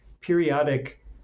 periodic